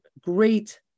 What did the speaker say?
great